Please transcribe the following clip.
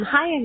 Hi